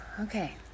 Okay